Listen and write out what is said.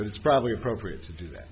but it's probably appropriate to do that